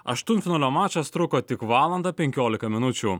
aštuntfinalio mačas truko tik valandą penkioliką minučių